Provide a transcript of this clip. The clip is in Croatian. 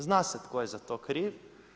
Zna se tko je za to kriv.